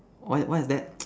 what what is that